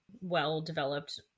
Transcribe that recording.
well-developed